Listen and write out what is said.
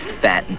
fat